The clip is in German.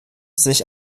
sich